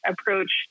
approach